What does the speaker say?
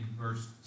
verse